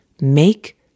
Make